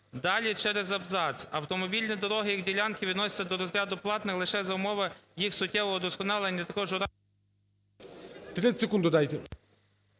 Далі, через абзац: "автомобільні дороги і їх ділянки відносяться до розряду платних лише за умови їх суттєвого вдосконалення,